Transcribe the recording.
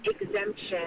exemption